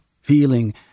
feeling